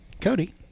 Cody